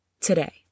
today